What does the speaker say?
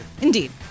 indeed